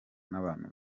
n’abantu